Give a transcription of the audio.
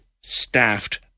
staffed